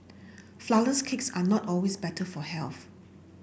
flourless cakes are not always better for health